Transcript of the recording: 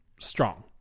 strong